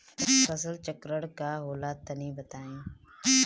फसल चक्रण का होला तनि बताई?